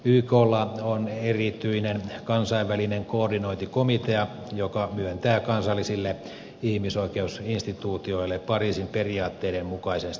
yklla on erityinen kansainvälinen koordinointikomitea joka myöntää kansallisille ihmisoikeusinstituutioille pariisin periaatteiden mukaisen statuksen